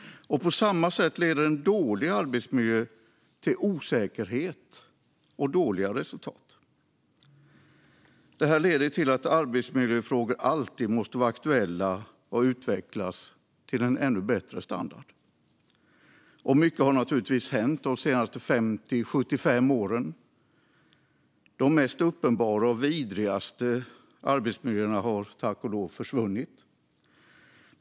På samma sätt leder en dålig arbetsmiljö till osäkerhet och dåliga resultat. Det här leder till att arbetsmiljöfrågor alltid måste vara aktuella och utvecklas till en ännu bättre standard. Mycket har naturligtvis hänt de senaste 50-75 åren. De mest uppenbara och vidrigaste arbetsmiljöerna har tack och lov försvunnit.